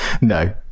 No